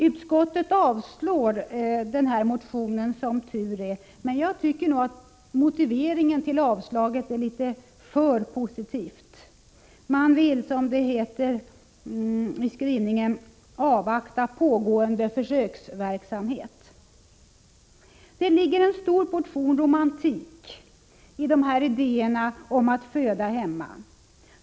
Utskottet avstyrker motionen, som tur är. Jag tycker att motiveringen för avstyrkande är för positiv. Man vill, som det heter i skrivningen, avvakta pågående försöksverksamhet. Det ligger en stor portion romantik i dessa idéer om att föda hemma.